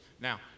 Now